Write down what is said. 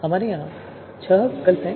हमारे यहां छह विकल्प हैं